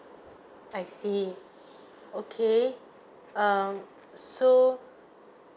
I see okay um so